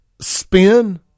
spin